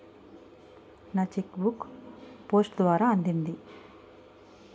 నా cheque book post ద్వారా అందింది